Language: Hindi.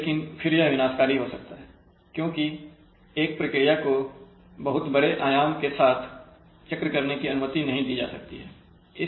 लेकिन फिर यह विनाशकारी हो सकता है क्योंकि एक प्रक्रिया को एक बहुत बड़े आयाम के साथ चक्र करने की अनुमति नहीं दी जा सकती है